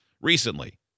recently